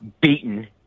beaten